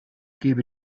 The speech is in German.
gebe